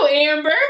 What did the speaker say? Amber